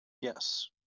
Yes